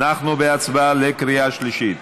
אנחנו בהצבעה בקריאה שלישית.